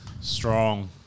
strong